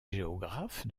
géographe